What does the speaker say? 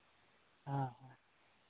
ᱦᱮᱸ ᱦᱮᱸ